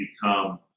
become